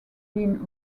been